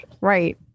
Right